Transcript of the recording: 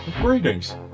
Greetings